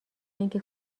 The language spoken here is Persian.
اینکه